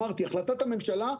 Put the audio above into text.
אמרתי החלטת הממשלה,